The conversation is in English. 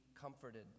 comforted